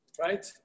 right